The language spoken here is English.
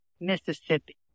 Mississippi